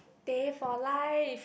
teh for life